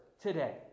today